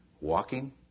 walking